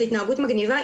זו התנהגות מגניבה,